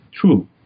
true